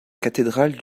cathédrale